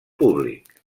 públic